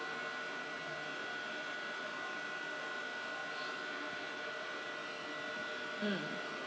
mm